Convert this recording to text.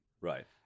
Right